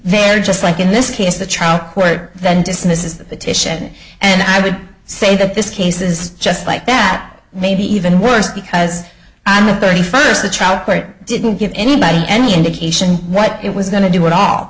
they're just like in this case the trial court then dismisses that the titian and i would say that this case is just like that maybe even worse because on the thirty first the trial court didn't give anybody any indication what it was going to do with all